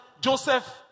Joseph